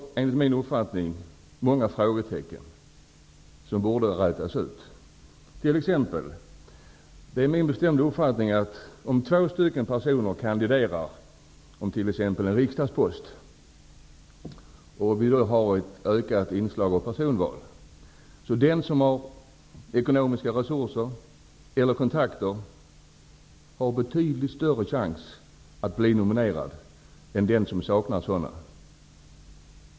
Enligt min uppfattning finns det många frågetecken som borde rätas ut. Om två personer kandiderar om t.ex. en riksdagspost -- om vi får ett ökat inslag av personval -- är det min bestämda uppfattning att den som har ekonomiska resurser eller kontakter som har betydligt större chans att bli nominerad än den som saknar sådana.